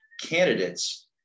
candidates